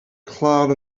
cloud